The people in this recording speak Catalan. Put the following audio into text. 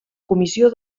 comissió